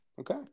okay